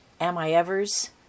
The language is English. am-I-evers